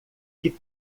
que